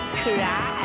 cry